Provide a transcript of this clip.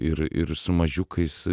ir ir su mažiukais